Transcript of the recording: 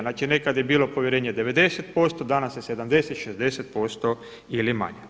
Znači nekada je bilo povjerenje 90%, danas je 70, 60% ili manje.